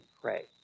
pray